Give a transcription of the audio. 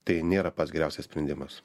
tai nėra pats geriausias sprendimas